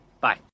bye